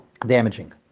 damaging